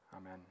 Amen